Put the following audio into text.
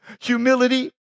humility